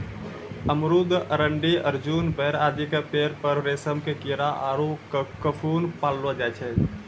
अमरूद, अरंडी, अर्जुन, बेर आदि के पेड़ पर रेशम के कीड़ा आरो ककून पाललो जाय छै